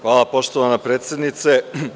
Hvala poštovana predsednice.